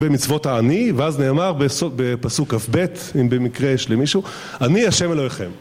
במצוות העני, ואז נאמר בפסוק כ"ב אם במקרה יש למישהו אני השם אלוהיכם